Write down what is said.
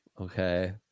Okay